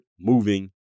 moving